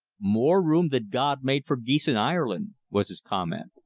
more room than god made for geese in ireland, was his comment.